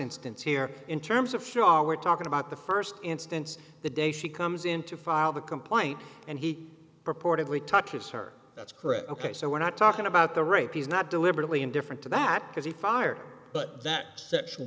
instance here in terms of shaw we're talking about the first instance the day she comes in to file the complaint and he purportedly touches her that's correct ok so we're not talking about the rape he's not deliberately indifferent to that because he fired but that s